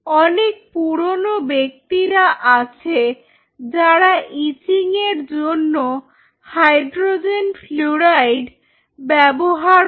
অনেক পুরনো ব্যক্তিরা আছে যারা ইচিং এর জন্য হাইড্রোজেন ফ্লুরাইড ব্যবহার করে